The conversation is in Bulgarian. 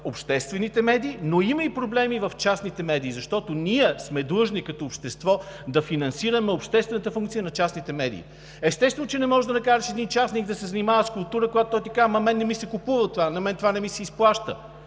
обществените медии, но има проблеми и в частните медии. Защото ние сме длъжни като общество да финансираме обществената функция на частните медии. Естествено, че не можеш да накараш един частник да се занимава с култура, когато той ти казва: „Ама на мен не ми се купува това, на мен това не ми се изплаща.“